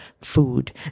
food